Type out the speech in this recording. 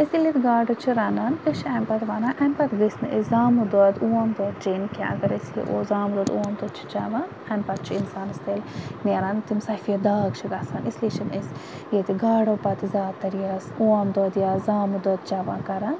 أسۍ ییٚلہِ ییٚتہِ گاڈٕ چھِ رَنان أسۍ چھِ امہِ پَتہٕ وَنان امہِ پَتہٕ گٔژھۍ نہٕ أسۍ زامُت دۄد اوم دۄد چیٚنۍ کینٛہہ اگر أسۍ ییٚلہِ زامُت دۄد اوم دۄد چھِ چیٚوان امہِ پَتہٕ چھِ اِنسانَس تیٚلہِ نیران تِم سَفید داغ چھِ گَژھان اِس لیے چھِ نہٕ أسۍ ییٚتہِ گاڈَو پَتہٕ زیادٕ تَر یہِ اوم دۄد یا زامُت دۄد چیٚوان کَران